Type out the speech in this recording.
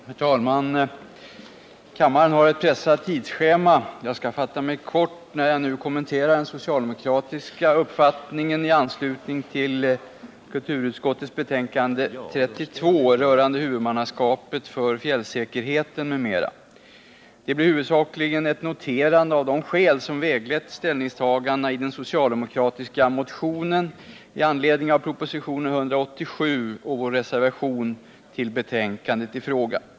Herr talman! Kammaren har ett pressat tidsschema, och jag skall därför fatta mig kort när jag nu kommenterar den socialdemokratiska uppfattningen i fråga om det ärende som behandlas i kulturutskottets betänkande nr 32 rörande huvudmannaskapet för fjällsäkerheten m.m. Mina kommentarer blir huvudsakligen ett noterande av de skäl som legat till grund för ställningstagandena i den socialdemokratiska motionen med anledning av propositionen 187 och vår reservation till det nu aktuella betänkandet.